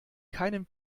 keinem